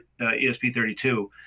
ESP32